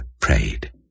prayed